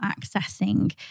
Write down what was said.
accessing